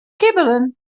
kibbelen